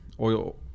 oil